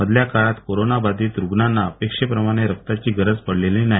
मधल्या काळात कोरोना बाधित रुग्णांना अपेक्षेप्रमाणे रक्ताची गरज पडलेली नाही